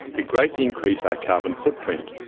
we greatly increase our carbon footprint,